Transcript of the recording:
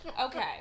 Okay